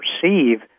perceive